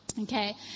Okay